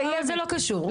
זה לא קשור.